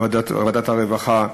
ועדת הרווחה,